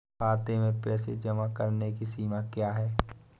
खाते में पैसे जमा करने की सीमा क्या है?